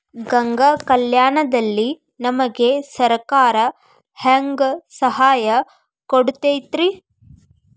ಗಂಗಾ ಕಲ್ಯಾಣ ದಲ್ಲಿ ನಮಗೆ ಸರಕಾರ ಹೆಂಗ್ ಸಹಾಯ ಕೊಡುತೈತ್ರಿ?